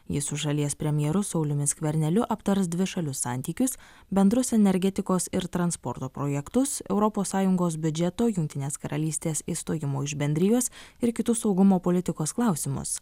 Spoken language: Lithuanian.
jis su šalies premjeru sauliumi skverneliu aptars dvišalius santykius bendrus energetikos ir transporto projektus europos sąjungos biudžeto jungtinės karalystės išstojimo iš bendrijos ir kitų saugumo politikos klausimus